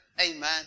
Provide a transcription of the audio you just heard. Amen